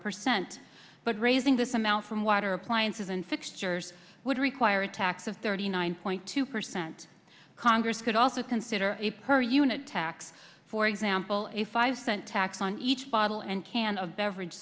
percent but raising this amount from water appliances and fixtures would require a tax of thirty nine point two percent congress could also consider a per unit tax for example a five cent tax on each bottle and can a beverage